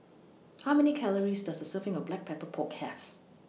How Many Calories Does A Serving of Black Pepper Pork Have